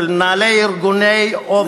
שמנהלי ארגוני עובדים,